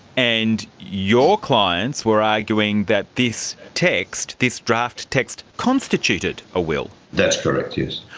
and your clients were arguing that this text, this draft text constituted a will. that's correct, yes.